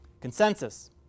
Consensus